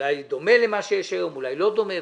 אולי דומה למה שיש היום ואולי לא דומה,